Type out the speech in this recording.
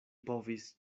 povis